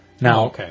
Now